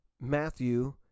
Matthew